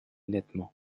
nettement